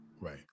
Right